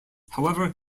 however